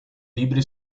libri